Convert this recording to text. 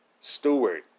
steward